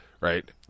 right